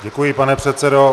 Děkuji, pane předsedo.